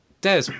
Des